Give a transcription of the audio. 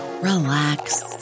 relax